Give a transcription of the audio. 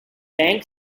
tank